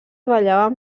ballaven